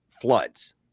floods